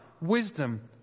wisdom